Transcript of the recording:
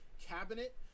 cabinet